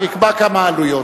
שיקבע כמה העלויות.